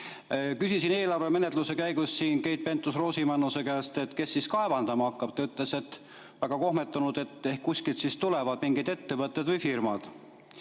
eelarve menetluse käigus siin Keit Pentus-Rosimannuse käest, kes siis kaevandama hakkab. Ta ütles väga kohmetunult, et ehk kuskilt siis tulevad mingid ettevõtted või firmad.